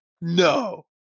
No